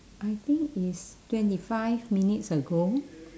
I think is twenty five minutes ago